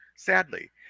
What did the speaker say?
Sadly